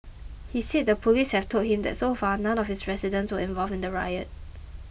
he said the police have told him that so far none of his residents were involved in the riot